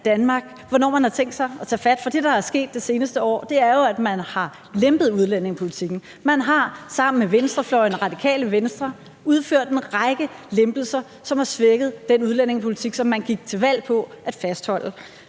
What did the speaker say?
hvornår man har tænkt sig at tage fat? For det, der er sket det seneste år, er jo, at man har lempet udlændingepolitikken. Man har sammen med venstrefløjen og Radikale Venstre indført en række lempelser, som har svækket den udlændingepolitik, som man gik til valg på at fastholde.